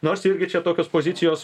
nors irgi čia tokios pozicijos